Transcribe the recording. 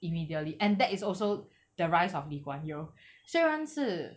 immediately and that is also the rise of lee kuan yew 虽然是